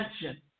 attention